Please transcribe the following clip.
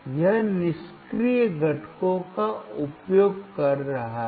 यह निष्क्रिय घटकों का उपयोग कर रहा है